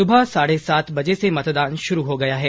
सुबह साढ़े सात बजे से मतदान शुरू हो गया है